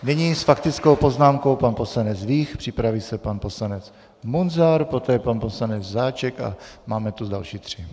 Nyní s faktickou poznámkou pan poslanec Vích, připraví se pan poslanec Munzar, poté pan poslanec Žáček a máme tu další tři.